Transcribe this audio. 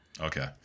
Okay